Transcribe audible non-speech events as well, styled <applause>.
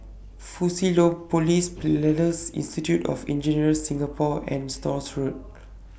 Fusionopolis <unintelligible> Institute of Engineers Singapore and Stores Road